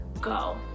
go